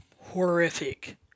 horrific